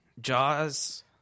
Jaws